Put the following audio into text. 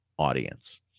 audience